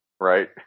right